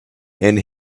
and